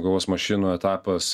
kovos mašinų etapas